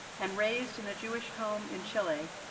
and raised in a jewish home in chile,